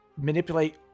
manipulate